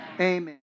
Amen